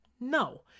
no